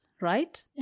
right